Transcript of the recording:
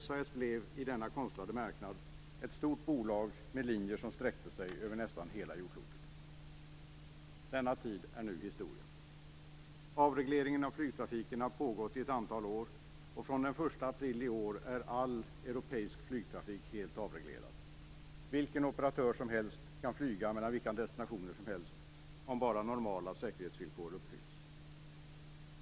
SAS blev, i denna konstlade marknad, ett stort bolag, med linjer som sträckte sig över nästan hela jordklotet. Denna tid är nu historia. Avregleringen av flygtrafiken har pågått i ett antal år, och från den 1 april i år är all europeisk flygtrafik helt avreglerad. Vilken operatör som helst kan flyga mellan vilka destinationer som helst, om bara normala säkerhetsvillkor uppfylls.